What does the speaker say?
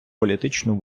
політичну